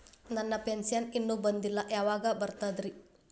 ನನ್ನ ಪೆನ್ಶನ್ ಇನ್ನೂ ಬಂದಿಲ್ಲ ಯಾವಾಗ ಬರ್ತದ್ರಿ?